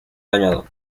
dañado